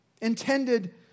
Intended